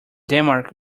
denmark